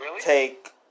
take